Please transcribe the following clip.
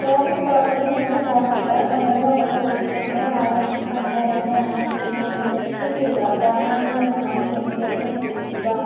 കോവിൻ പോർട്ടലിൽ എൻ്റെ phone number ഒമ്പത് ഒമ്പത് പൂജ്യം രണ്ട് ആറ് അഞ്ച് ഒന്ന് രണ്ട് ഒന്ന് പൂജ്യം മൂന്ന് രജിസ്റ്റർ ചെയ്യുക പ്രാമാണീകരണമായി എം പി ഐ എൻ ഉപയോഗിക്കുക